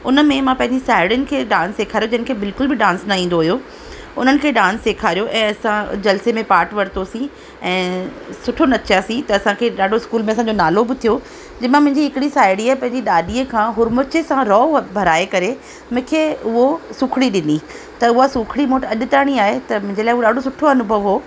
उन में मां पंहिंजी साहेड़ियुनि खे डांस सेखारियो जंहिंखे बिल्कुल बि डांस न ईंदो हुयो उन्हनि खे डांस सेखारियो ऐं असां जलसे में पार्ट वरितोसीं ऐं सुठो नचियासीं त असांखे ॾाढो स्कूल में असांजो नालो बि थियो जंहिं मां मुंहिंजी हिकिड़ी साहेड़ीअ पंहिंजी ॾाॾीअ खां हुरमुचे सां रओ भराए करे मूंखे उहो सुखिड़ी ॾिञी त उहा सुखिड़ी मूं वटि अॼु ताईं आहे त मुंहिंजे लाइ हू ॾाढो सुठो अनुभव हो